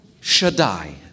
Shaddai